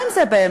מה עם זה באמת?